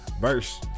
Verse